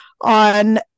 on